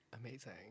Amazing